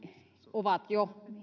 ovat jo